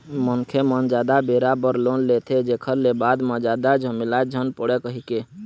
मनखे मन जादा बेरा बर लोन लेथे, जेखर ले बाद म जादा झमेला झन पड़य कहिके